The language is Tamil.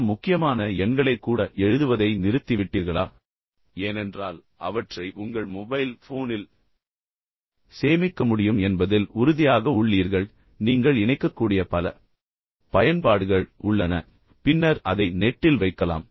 சில முக்கியமான எண்களைக் கூட எழுதுவதை நிறுத்திவிட்டீர்களா ஏனென்றால் அவற்றை உங்கள் மொபைல் ஃபோனில் சேமிக்க முடியும் என்பதில் உறுதியாக உள்ளீர்கள் இப்போது நீங்கள் இணைக்கக்கூடிய பல பயன்பாடுகள் உள்ளன என்பதை நீங்கள் அறிவீர்கள் பின்னர் அதை நெட்டில் வைக்கலாம்